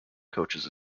coaches